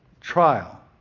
trial